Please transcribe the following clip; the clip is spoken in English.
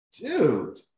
dude